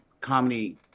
comedy